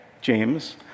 James